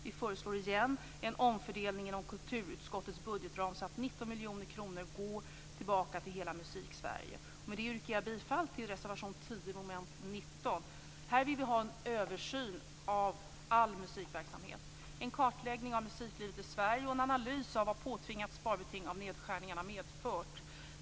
Vi föreslår igen en omfördelning inom kulturutskottets budgetram så att 19 miljoner kronor går tillbaka till hela Musiksverige. Med detta yrkar jag bifall till reservation nr 10 under mom. 19. Här vill vi ha en översyn av all musikverksamhet, en kartläggning av musiklivet i Sverige och en analys av vad de påtvingade nedskärningarna har medfört.